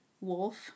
Wolf